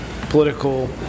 political